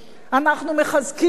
אנחנו מחזקים,